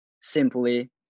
simply